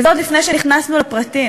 וזה עוד לפני שנכנסנו לפרטים.